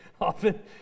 often